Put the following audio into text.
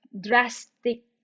drastic